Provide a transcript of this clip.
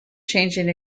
changing